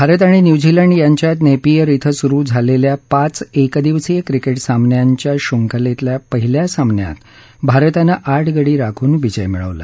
भारत आणि न्युझीलंड यांच्यात नेपिअर इथं सुरु झालेल्या पाच एक दिवसीय क्रिकेट सामनांच्या शंखलेतल्या पहिला सामन्यात भारतानं आठ गडी राखून विजय मिळवला